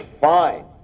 fine